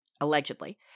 allegedly